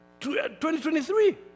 2023